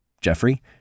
Jeffrey